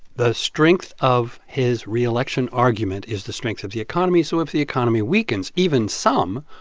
the strength of his reelection argument is the strength of the economy, so if the economy weakens even some,